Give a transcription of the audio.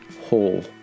whole